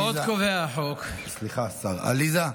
עוד קובע החוק, עליזה,